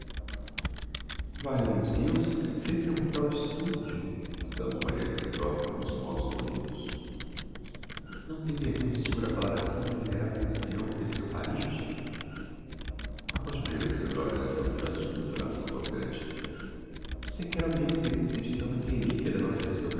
artificial valha nos deus sempre é um tal esturdio exclamou maria alexandrovna com uns modos doridos não tem vergonha o senhor a falar assim de um veneravel ancião que é seu parente a voz de maria alexandrovna n'esta altura assume entonação tocante sequer ao menos lembre-se de que é uma reliquia da nossa